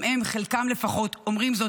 גם הם, חלקם לפחות, אומרים זאת.